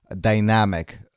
dynamic